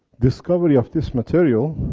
discovery of this material,